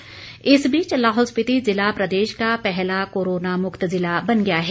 corona मुक्त इस बीच लाहौल स्पिति जिला प्रदेश का पहला कोरोना मुक्त जिला बन गया है